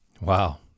Wow